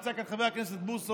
נמצא כאן חבר הכנסת בוסו,